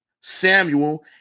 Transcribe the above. Samuel